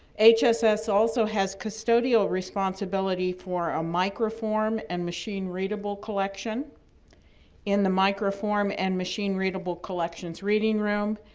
hss also has custodial responsibility for a microform and machine readable collection in the microform and machine readable collection's reading room.